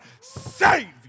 save